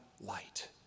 light